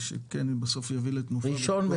ושבסוף זה יביא לתנופה ופיתוח בפריפריה.